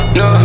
no